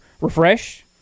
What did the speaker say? refresh